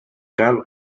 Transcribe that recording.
cal